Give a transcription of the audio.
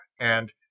and